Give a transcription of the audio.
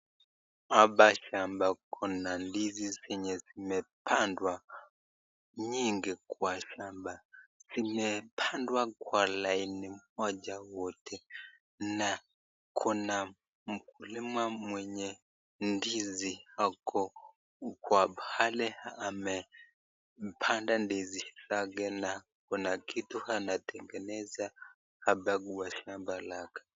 Hapa shamba kuna ndizi yenye zimepandwa nyingi kwa shamba, imepandwa kwa laini moja wote na kuna mkulima mwenye ndizi ako kwa pale amepanda ndizi zake na kuna kitu anatengeneza hapa kwa shamba lake.